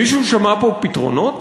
מישהו שמע פה פתרונות?